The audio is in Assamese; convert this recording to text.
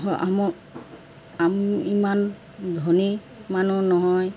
আম আমি ইমান ধনী মানুহ নহয়